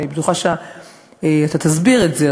אני בטוחה שאתה תסביר את זה,